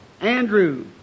Andrew